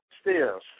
stairs